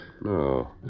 No